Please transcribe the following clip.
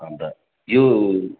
अन्त यो